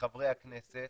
חברי הכנסת,